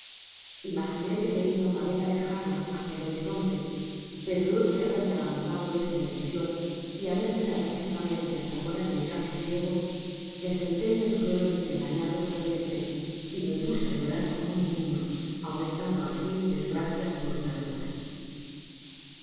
imaginé que veia una vela lejana hacia el horizonte pero luego de haberme abandonado esta ilusien y haber mirado fijamente hasta ponerme casi ciego me senté en el suelo desengañado de repente y me puse á llorar como un niño aumentando asi mi desgracia por una locura